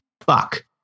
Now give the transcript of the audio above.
Fuck